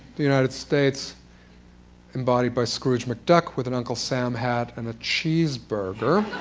united states embodied by scrooge mcduck with an uncle sam hat and a cheeseburger.